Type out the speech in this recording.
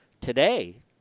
today